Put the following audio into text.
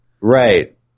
right